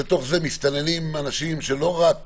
לתוך זה מסתננים אנשים שהם לא רק